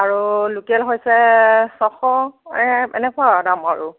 আৰু লোকেল হৈছে ছশ এ এনেকুৱা আৰু দাম আৰু